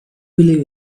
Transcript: believe